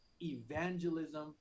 evangelism